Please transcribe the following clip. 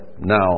Now